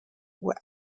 were